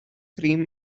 cream